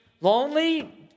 lonely